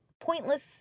pointless